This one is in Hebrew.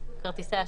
כרטיסי אשראי,